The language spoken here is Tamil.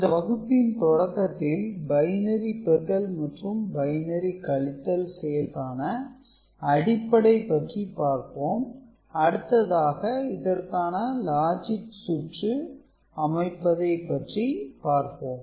இந்த வகுப்பின் தொடக்கத்தில் பைனரி பெருக்கல் மற்றும் பைனரி கழித்தல் செயலுக்கான அடிப்படை பற்றி பார்ப்போம் அடுத்ததாக இதற்கான லாஜிக் சுற்று அமைப்பதை பற்றி பார்ப்போம்